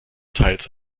teils